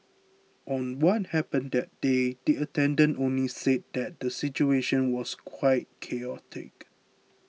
on what happened that day the attendant only said that the situation was quite chaotic